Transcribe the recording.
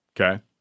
Okay